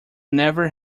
never